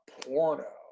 porno